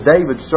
David